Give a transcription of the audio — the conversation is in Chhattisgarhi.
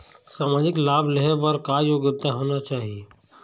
सामाजिक लाभ लेहे बर का योग्यता होना चाही?